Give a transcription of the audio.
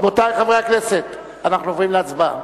רבותי חברי הכנסת, אנחנו עוברים להצבעה.